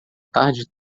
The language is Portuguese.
tarde